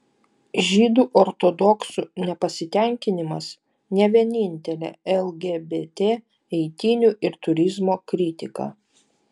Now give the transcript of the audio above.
žydų ortodoksų nepasitenkinimas ne vienintelė lgbt eitynių ir turizmo kritika